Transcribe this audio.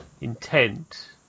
intent